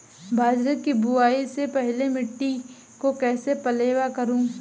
बाजरे की बुआई से पहले मिट्टी को कैसे पलेवा करूं?